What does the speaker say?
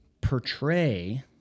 portray